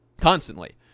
Constantly